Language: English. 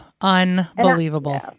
Unbelievable